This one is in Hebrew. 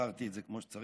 שעברתי את זה כמו שצריך.